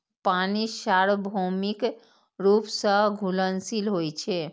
पानि सार्वभौमिक रूप सं घुलनशील होइ छै